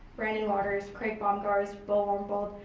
brandon waters, craig bomgars, bo horbull,